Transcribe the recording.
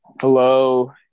Hello